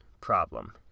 problem